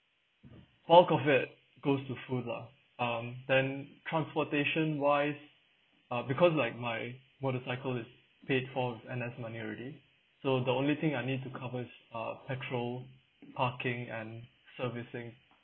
most of it goes to food lah um then transportation wise uh because like my motorcycle is paid forth and that's money already so the only thing I need to covers are petrol parking and servicing